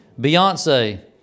Beyonce